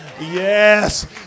Yes